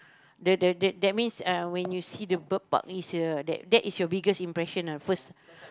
the the that means uh you see the Bird Park is a that that is your biggest impression ah first